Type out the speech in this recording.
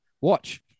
Watch